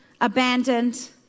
abandoned